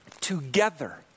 together